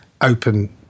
open